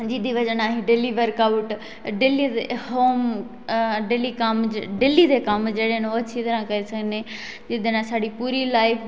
जेहदी बजह कन्नै स्हानू daily workout daily home daily दे कम्म जेहडे़ ना ओह् अच्छी तरह करी सकने जेहदे कन्नै साढ़ी पूरी लाइफ